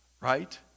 right